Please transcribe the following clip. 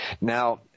Now